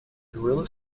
gorilla